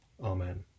Amen